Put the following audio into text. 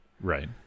right